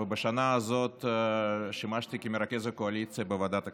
ובשנה הזאת שימשתי מרכז הקואליציה בוועדת הכספים.